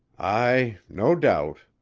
ay, no doubt.